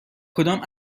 کدام